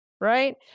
right